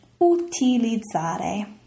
utilizzare